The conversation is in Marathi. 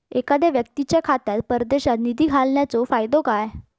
एखादो व्यक्तीच्या खात्यात परदेशात निधी घालन्याचो फायदो काय?